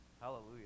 Hallelujah